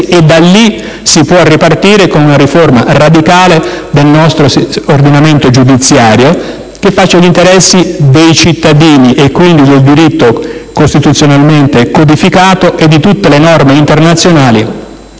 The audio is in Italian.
Di lì si può ripartire con una riforma radicale del nostro ordinamento giudiziario, che faccia gli interessi dei cittadini, quindi del diritto costituzionalmente codificato e di tutte le norme internazionali